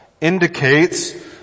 indicates